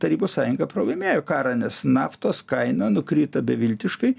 tarybų sąjunga pralaimėjo karą nes naftos kaina nukrito beviltiškai